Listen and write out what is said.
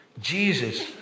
Jesus